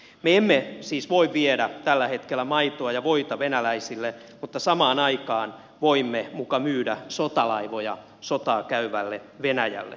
me emme siis voi viedä tällä hetkellä maitoa ja voita venäläisille mutta samaan aikaan voimme muka myydä sotalaivoja sotaa käyvälle venäjälle